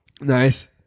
Nice